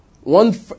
One